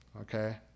Okay